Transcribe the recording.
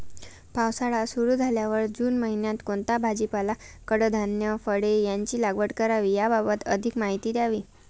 पावसाळा सुरु झाल्यावर जून महिन्यात कोणता भाजीपाला, कडधान्य, फळे यांची लागवड करावी याबाबत अधिक माहिती द्यावी?